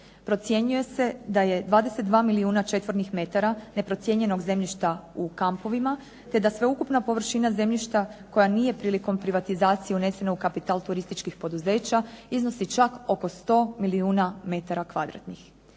Procjenjuje se da je 22 milijuna četvornih metara neprocijenjenog zemljišta u kampovima te da sveukupna površina zemljišta koja nije prilikom privatizacije unesena u kapital turističkih poduzeća iznosi čak oko 100 milijuna metara kvadratnih.